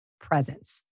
presence